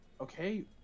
Okay